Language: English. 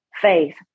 faith